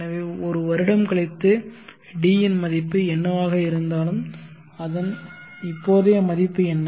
எனவே ஒரு வருடம் கழித்து D இன் மதிப்பு என்னவாக இருந்தாலும் அதன் இப்போதைய மதிப்பு என்ன